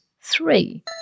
three